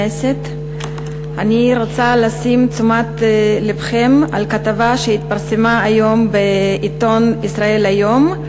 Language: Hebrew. אני רוצה להסב את תשומת לבכם לכתבה שהתפרסמה היום בעיתון "ישראל היום",